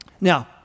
Now